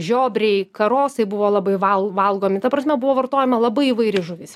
žiobriai karosai buvo labai val valgomi ta prasme buvo vartojama labai įvairi žuvis